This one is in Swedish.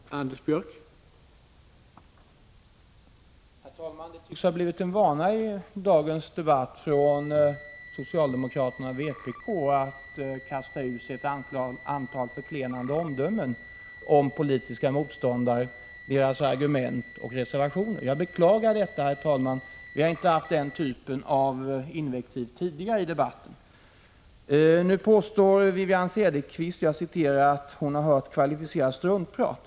Prot. 1985/86:146 Herr talman! Det tycks ha blivit en vana i dagens debatt från socialdemo 21 maj 1986 kraterna och vpk ått kasta ur sig ett antal förklenande omdömen om politiska A é Granskning av statsråmotståndare, deras argument och reservationer. Jag beklagar detta, herr SS SE g S R a NN S dens tjänsteutövning talman. Vi har inte haft denna typ av invektiv tidigare i debatten. ER .m. Nu påstår Wivi-Anne Cederqvist att hon har hört kvalificerat struntprat.